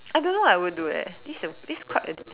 I don't know what I would do eh this this quite a